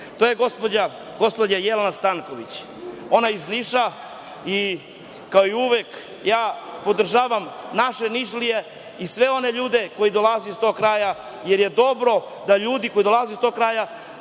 To je gospođa Jelena Stanković. Ona je iz Niša i kao uvek ja podržavam naše Nišlije i sve one ljude koji dolaze iz tog kraja jer je dobro da ljudi koji dolaze iz tog kraja